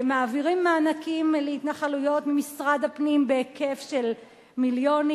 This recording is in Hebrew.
מעבירים מענקים להתנחלויות ממשרד הפנים בהיקף של מיליונים,